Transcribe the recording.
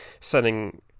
sending